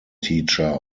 teacher